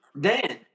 Dan